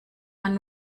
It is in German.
man